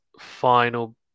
final